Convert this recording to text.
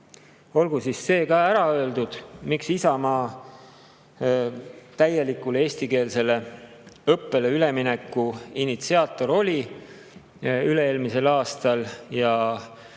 Olgu siis see ka ära öeldud, miks Isamaa täielikule eestikeelsele õppele ülemineku initsiaator oli üle-eelmisel aastal ja